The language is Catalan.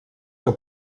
que